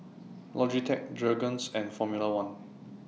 Logitech Jergens and Formula one